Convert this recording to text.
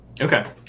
okay